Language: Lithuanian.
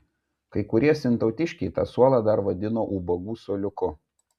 kai kurie sintautiškiai tą suolą dar vadino ubagų suoliuku